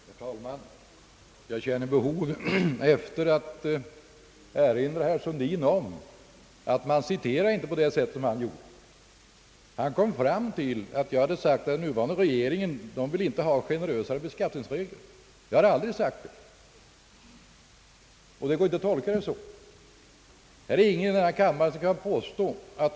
Herr talman! Jag känner ett behov av att erinra herr Sundin om att man inte får citera på det sätt som han gjort! Herr Sundin kom fram till att jag hade menat att den nuvarande regeringen inte vill ha generösare beskattningsregler. Jag har aldrig sagt något sådant, och mitt anförande går inte att tolka på detta sätt.